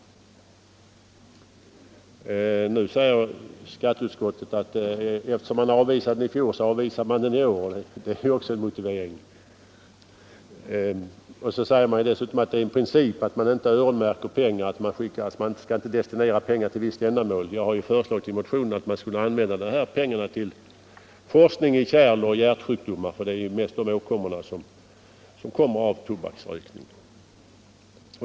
Skatteutskottet säger att eftersom man avvisade motionen i fjol så avvisar man den i år. Det är ju också en motivering. Dessutom säger man att det är en princip att man inte öronmärker pengar, att man inte destinerar pengar till ett visst ändamål. Jag har ju föreslagit i motionen att man skulle använda pengarna till forskning om kärloch hjärtsjukdomar, eftersom det mest är de åkommorna som följer av tobaksrökning.